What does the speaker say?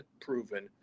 proven